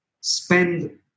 spend